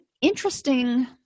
interesting